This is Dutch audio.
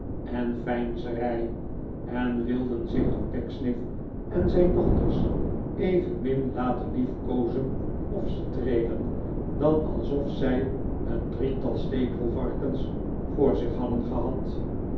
en veinzerij en wilden zich door pecksniff en zijn dochters evenmin laten liefkoozen of streelen dan alsof zij een drietal stekelvarkens voor zich hadden gehad